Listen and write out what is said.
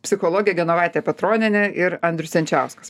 psichologė genovaitė petronienė ir andrius jančiauskas